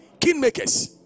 Kingmakers